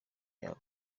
yabo